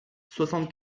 soixante